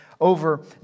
over